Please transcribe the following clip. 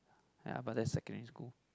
ya but that's secondary school